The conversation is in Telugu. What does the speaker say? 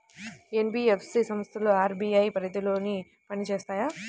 ఎన్.బీ.ఎఫ్.సి సంస్థలు అర్.బీ.ఐ పరిధిలోనే పని చేస్తాయా?